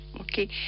Okay